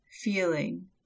feeling